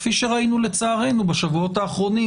כפי שראינו לצערנו בשבועות האחרונים,